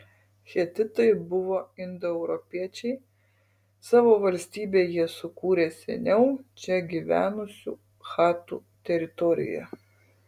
hetitai buvo indoeuropiečiai savo valstybę jie sukūrė seniau čia gyvenusių chatų teritorijoje